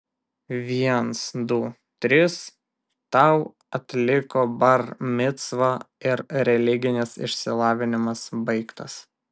viens du trys tau atliko bar micvą ir religinis išsilavinimas baigtas